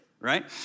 right